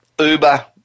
Uber